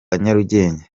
nyarugenge